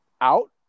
out